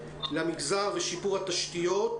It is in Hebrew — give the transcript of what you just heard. למגזר ושיפור התשתיות,